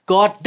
God